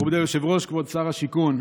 מכובדי היושב-ראש, כבוד שר השיכון,